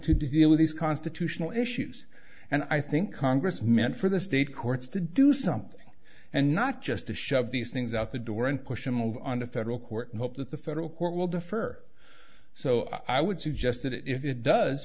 to deal with these constitutional issues and i think congress meant for the state courts to do something and not just to shove these things out the door and push them of on a federal court and hope that the federal court will defer so i would suggest that if it does